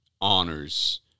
honors